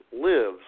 lives